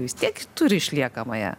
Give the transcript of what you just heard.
vis tiek turi išliekamąją